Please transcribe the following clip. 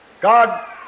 God